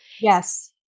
Yes